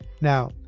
now